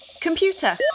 Computer